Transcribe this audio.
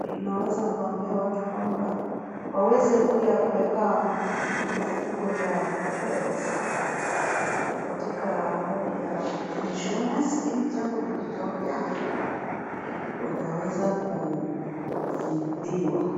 inaweza kuambia watu kwamba waweze pia kuweka mifugo yao, pets , katika hali ya insurance ili jambo likitokea wataweza kufidhiwa.